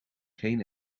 geen